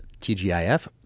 TGIF